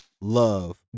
love